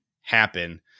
happen